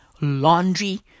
laundry